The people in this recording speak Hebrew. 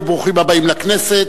וברוכים הבאים לכנסת,